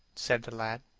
said the lad,